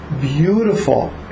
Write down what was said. beautiful